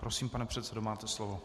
Prosím, pane předsedo, máte slovo.